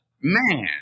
man